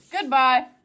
Goodbye